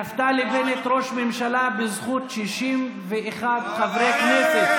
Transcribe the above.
נפתלי בנט ראש ממשלה בזכות 61 חברי כנסת.